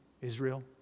Israel